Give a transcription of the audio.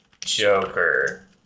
Joker